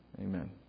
Amen